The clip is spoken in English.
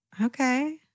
Okay